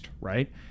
right